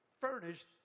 furnished